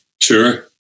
Sure